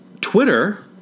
Twitter